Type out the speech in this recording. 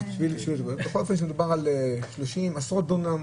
בכל אופן מדובר על אתר של עשרות דונם,